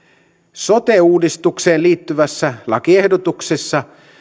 sote uudistukseen liittyvässä lakiehdotuksessa